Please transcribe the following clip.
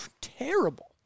terrible